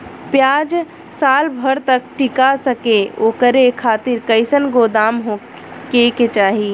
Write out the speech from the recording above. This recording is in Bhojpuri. प्याज साल भर तक टीका सके ओकरे खातीर कइसन गोदाम होके के चाही?